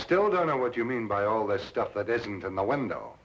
still don't know what you mean by all this stuff that isn't in the window